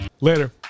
Later